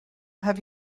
have